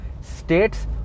states